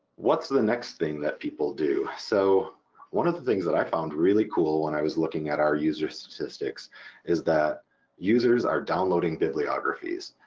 what's the next thing that people do? so one of the things that i found really cool when i was looking at our user statistics is that users are downloading bibliographies,